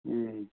ꯎꯝ